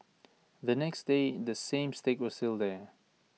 the next day the same stick was still there